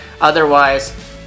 otherwise